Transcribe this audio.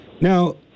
Now